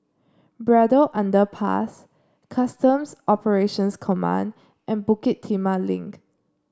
Braddell Underpass Customs Operations Command and Bukit Timah Link